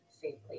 safely